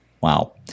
wow